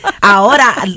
Ahora